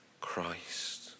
Christ